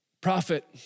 prophet